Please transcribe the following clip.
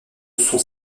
sont